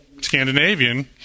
Scandinavian